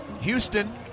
Houston